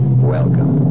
Welcome